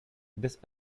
this